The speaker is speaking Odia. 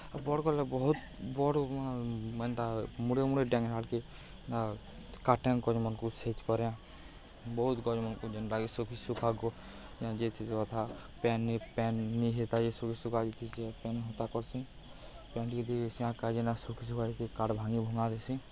ବଡ଼୍ କଲେ ବହୁତ୍ ବଡ଼୍ ହେନ୍ତା ମୁଡ଼େ ମୁଡ଼େ ଡେଙ୍ଗ୍ ଆଡ଼୍କେ କାଟେଁ ଗଛ୍ମନ୍କୁ ସାଇଜ୍ କରେଁ ବହୁତ୍ ଗଛ୍ମନ୍କୁ ଯେନ୍ଟାକି ସୁୁଖି ସୁଖା ଯାଇଥିସି ଅଧା ପେନ୍ ପେନ୍ ନି ହେତା ଯେ ଶୁଖି ଶୁଖା ଯାଇଥିସି ପେନ୍ ହେନ୍ତା କର୍ସି ପ୍ୟାନ୍ ଟିକେ ଦେଇଦେସି ଆର୍ ଯେନ୍ଟା ଶୁଖୀ ସୁୁଖା ଯେଇସି କାଠ୍ ଭାଙ୍ଗି ଭୁଙ୍ଗା ଦେସି